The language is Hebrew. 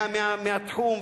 מהתחום,